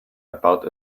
about